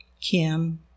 Kim